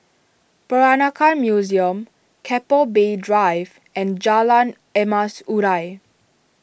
Peranakan Museum Keppel Bay Drive and Jalan Emas Urai